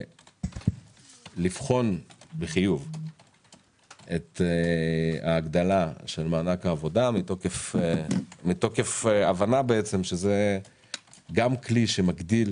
לבחון בחיוב את ההגדלה של מענק העבודה מתוקף הבנה שזה גם כלי שמגדיל